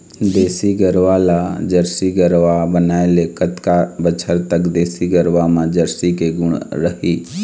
देसी गरवा ला जरसी गरवा बनाए ले कतका बछर तक देसी गरवा मा जरसी के गुण रही?